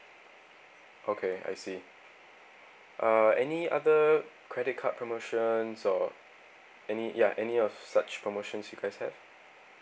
okay I see uh any other credit card promotions or any ya any of such promotions you guys have